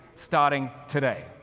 starting today.